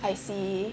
I see